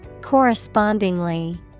correspondingly